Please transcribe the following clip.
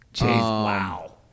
wow